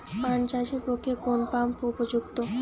পান চাষের পক্ষে কোন পাম্প উপযুক্ত?